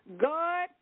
God